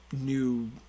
new